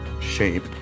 shape